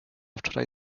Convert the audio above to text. wczoraj